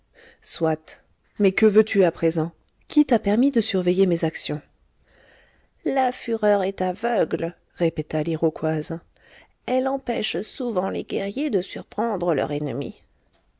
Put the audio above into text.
soit mais que veux-tu à présent qui t'a permis de surveiller mes actions la fureur est aveugle répéta l'iroquoise elle empêche souvent les guerriers de surprendre leur ennemi